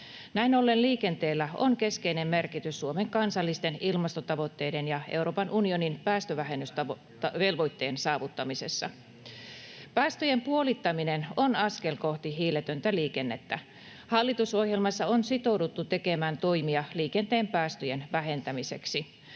Näin ollen liikenteellä on keskeinen merkitys Suomen kansallisten ilmastotavoitteiden ja Euroopan unionin päästövähennysvelvoitteen saavuttamisessa. Päästöjen puolittaminen on askel kohti hiiletöntä liikennettä. Hallitusohjelmassa on sitouduttu tekemään toimia liikenteen päästöjen vähentämiseksi.